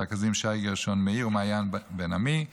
הרכזים שי גרשון מאיר ומעיין בן עמי,